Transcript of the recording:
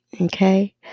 Okay